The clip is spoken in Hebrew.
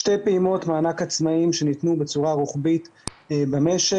שתי פעימות מענק עצמאיים שניתנו בצורה רוחבית במשק.